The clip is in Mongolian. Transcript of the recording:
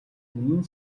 үнэн